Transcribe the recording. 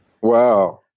Wow